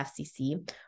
FCC